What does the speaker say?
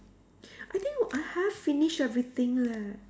I think I have finished everything leh